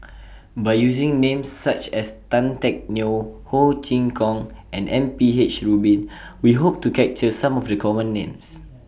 By using Names such as Tan Teck Neo Ho Chee Kong and M P H Rubin We Hope to capture Some of The Common Names